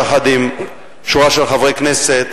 יחד עם שורה של חברי כנסת,